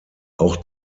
auch